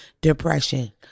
depression